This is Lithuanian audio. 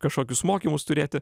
kažkokius mokymus turėti